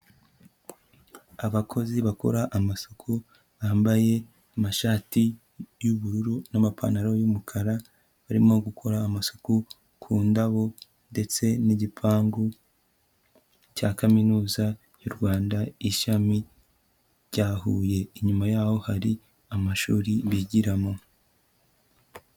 Abakozi bakora amasuku bambaye amashati y'ubururu n'amapantaro y'umukara, barimo gukora amasuku ku ndabo ndetse n'igipangu cya Kaminuza y'u Rwanda, Ishami rya Huye, inyuma y'aho hari amashuri bigiramo.